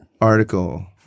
article